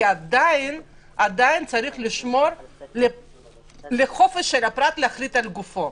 עדיין צריך לשמור על חופש הפרט להחליט על גופו.